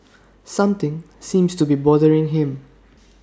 something seems to be bothering him